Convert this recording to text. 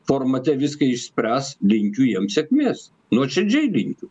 formate viską išspręs linkiu jiem sėkmės nuoširdžiai linkiu